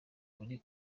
buri